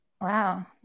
Wow